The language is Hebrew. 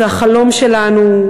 זה החלום שלנו,